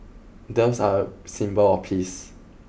doves are a symbol of peace